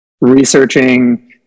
researching